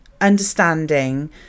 understanding